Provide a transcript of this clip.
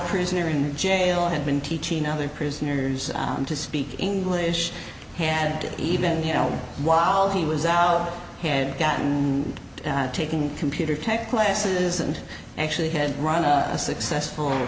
prisoner in jail had been teaching other prisoners to speak english had even you know while he was out had gotten taking computer tech classes and actually had run a successful